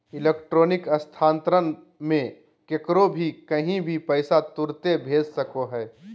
electronic स्थानान्तरण मे केकरो भी कही भी पैसा तुरते भेज सको हो